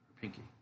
pinky